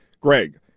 Greg –